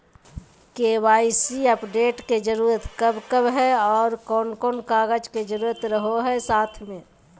KYC update के जरूरत कब कब है और कौन कौन कागज के जरूरत रहो है साथ में?